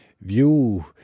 view